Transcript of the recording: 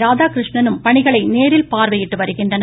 ராதாகிருஷ்ணனும் பணிகளை நேரில் பார்வையிட்டு வருகின்றனர்